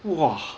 !wah!